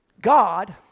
God